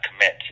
commit